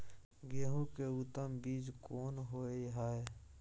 गेहूं के उत्तम बीज कोन होय है?